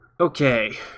Okay